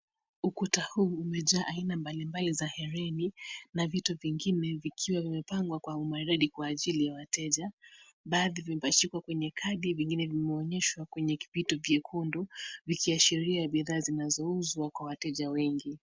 Ukuta huu umejaa aina mbalimbali za herini na vitu vingine vikiwa vimepangwa kwa umaridadi kwa ajili ya wateja. Baadhi vimepachikwa kwenye kadi, vingine vimeonyeshwa kwenye kipito vyekundu, vikiashiria bidhaa zinazouzwa kwa wateja wengi.